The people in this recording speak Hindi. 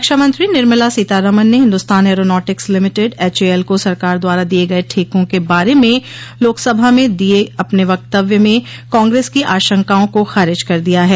रक्षामंत्री निर्मला सीतारमन ने Hindustan aeronautics limited H A L को सरकार द्वारा दिए गए ठेकों के बारे में लोकसभा में दिए अपने वक्तव्य में कांग्रेस की आशंकाओं को खारिज कर दिया है